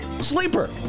sleeper